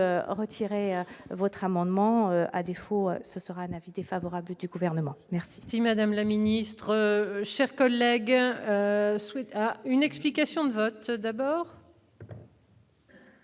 retirer votre amendement, à défaut, ce sera un avis défavorable du gouvernement merci. Si madame la ministre, chers collègues souhaitent une explication de vote d'abord.